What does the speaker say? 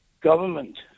government